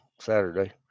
saturday